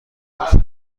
درست